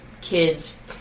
kids